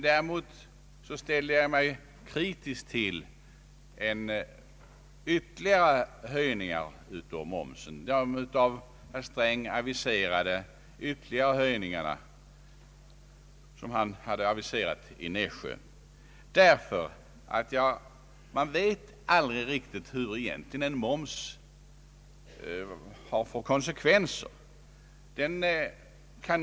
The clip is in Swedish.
Däremot ställer jag mig kritisk till ytterligare höjningar av momsen — de av herr Sträng i hans tal i Nässjö aviserade ytterligare höjningarna. Man vet nämligen aldrig riktigt vilka konsekvenser momsen egentligen har.